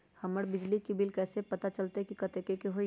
हमर बिजली के बिल कैसे पता चलतै की कतेइक के होई?